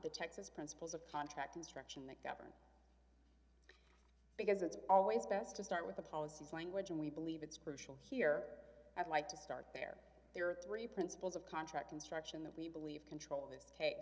texas principles of contract instruction that govern because it's always best to start with the policies language and we believe it's crucial here i'd like to start there there are three principles of contract construction that we believe control in this ca